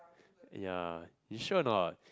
ya you sure or not